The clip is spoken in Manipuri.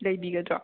ꯂꯩꯕꯤꯒꯗ꯭ꯔꯣ